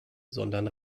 sondern